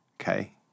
okay